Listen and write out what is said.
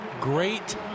great